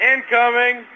Incoming